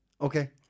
Okay